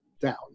down